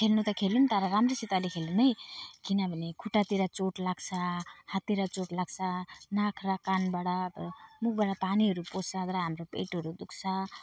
खेल्नु त खेल्यौँ तर राम्रोसितले खेल्यौँ है किनभने खुट्टातिर चोट लाग्छ हाततिर चोट लाग्छ नाक र कानबाट भयो मुखबाट पानीहरू पस्छ र हाम्रो पेटहरू दुख्छ